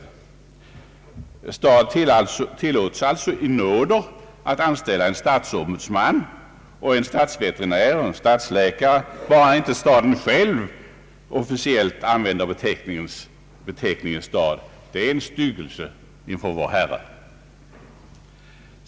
En stad tillåts alltså i nåder att anställa en stadsombudsman, en stadsveterinär och en stadsläkare, bara inte staden själv officiellt använder beteckningen stad, ty det är en styggelse inför vår Herre.